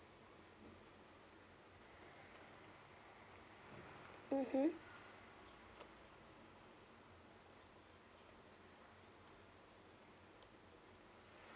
mmhmm